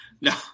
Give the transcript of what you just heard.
no